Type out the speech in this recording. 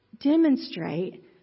demonstrate